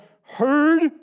heard